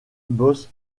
bos